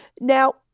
Now